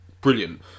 brilliant